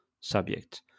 subject